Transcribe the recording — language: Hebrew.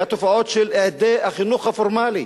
והתופעות של החינוך הפורמלי,